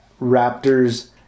Raptors